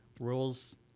Rules